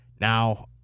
Now